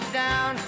down